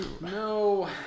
No